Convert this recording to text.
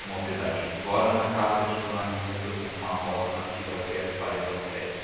a mocidade de flora na casa de d rita foi como uma rosa nascida ao pé de paredão velho